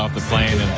um the plane